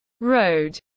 road